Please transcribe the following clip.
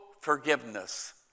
forgiveness